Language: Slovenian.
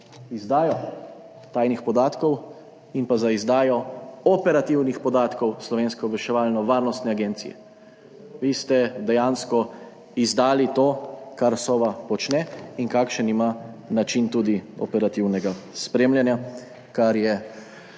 izdajo tajnih podatkov in za izdajo operativnih podatkov Slovenske obveščevalno-varnostne agencije. Vi ste dejansko izdali to, kar Sova počne, in kakšen način operativnega spremljanja ima, kar je